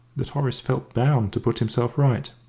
that horace felt bound to put himself right.